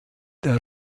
der